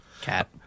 Cat